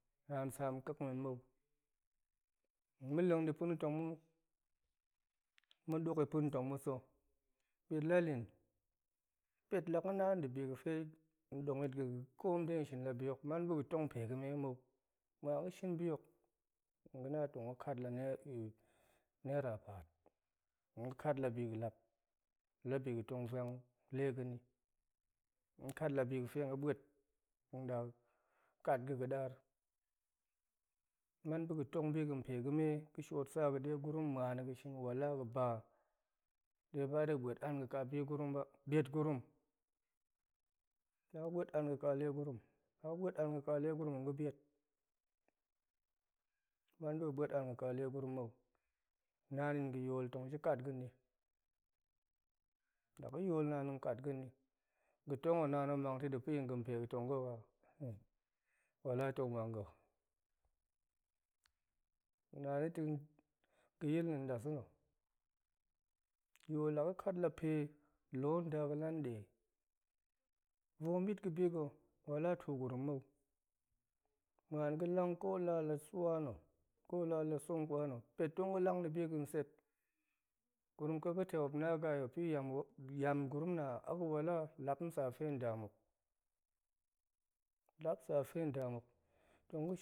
Naan saam ƙa̱a̱t men mou tong ma̱ leng di pa̱na̱ tong ma̱ duki pa̱na̱ tong ma̱ sa̱ pet la ga̱ naan debi ga̱fe dong yit ga̱ ga̱ga̱ koom dega̱ shini la bi hok man ɓa̱ga̱ tong pega̱me mou muan ga̱shin bihok ga̱na tong ga̱ kat la naira naira paat tong ga̱ kat labi ga̱tong vuan lega̱ni ga̱ kat la bi ga̱fe tong ga̱ ɓa̱t tong da kat ga̱ ga̱dar man ɓa̱ga̱ tong pega̱me ga̱ shiot saga̱ degurum muani shin wala ga̱ba deba dega̱ ɓa̱t anga̱ kabi gurum ba biet gurum sa ga̱ ɓa̱et anga̱ ka le gurum la ga̱ ɓa̱t anga̱ ka legurum tong ga̱ biet, man ɓa̱ga̱ ɓa̱t anga̱ ka legurum mou naan yin ga̱yol tong ji kat ga̱ni, laga̱ yol naan tong kat ga̱ni ga̱ tong hok naan tong mang to de kat ga̱ni pega̱ tong ga̱ a? Wala tong mang ga̱. ga̱na ga̱ to yil na̱ dasa̱ yol la ga̱ kat la pe lon nda ga̱ la de vom yit ga̱ biga̱ wala tugurum mou muan ga̱ lang kola la swa na̱ kola la songkwa na̱ pet tong ga̱ lang di biga̱ set gurum ƙa̱a̱k ma̱tep naga̱ ai ma̱pi yam gurumna a ga̱ wala lap sa fe nda muk lap sa fe nda muk tong,